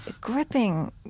gripping